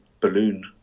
balloon